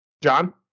John